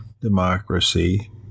democracy